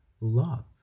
love